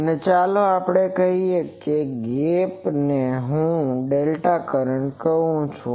અને ચાલો આપણે કહીએ કે આ ગેપને હું ડેલ્ટા કહું છું